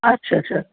अच्छा अच्छा